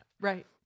Right